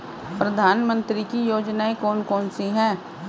प्रधानमंत्री की योजनाएं कौन कौन सी हैं?